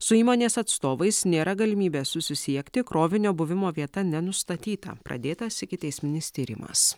su įmonės atstovais nėra galimybės susisiekti krovinio buvimo vieta nenustatyta pradėtas ikiteisminis tyrimas